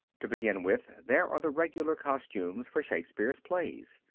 to begin with there are the regular costumes for shakespeare's plays,